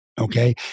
Okay